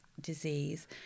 disease